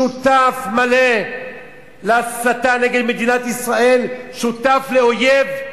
שותף מלא להסתה נגד מדינת ישראל, שותף לאויב,